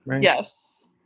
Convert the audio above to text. Yes